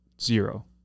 zero